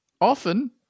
Often